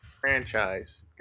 franchise